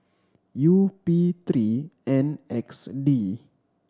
U P three N X D